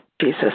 Jesus